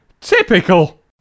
Typical